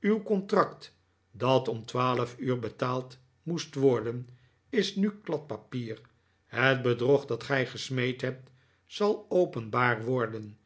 uw contract dat om twaalf uur betaald moest worden is nu kladpapier het bedrog dat gij gesmeed hebt zal openbaar worden